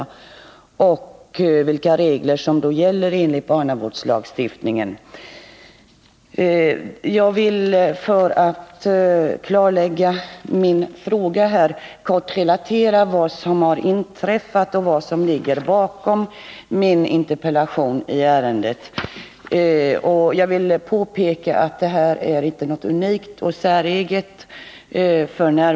Styrelsen har att följa de regler som gäller enligt barnavårdslagstiftningen.” För att klarlägga min andra fråga vill jag kort relatera vad som har inträffat i en kommun, vilket ligger bakom min interpellation. Jag vill påpeka att det inträffade inte är något unikt eller säreget f. n.